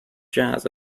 jazz